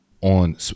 on